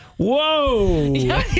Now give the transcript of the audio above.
Whoa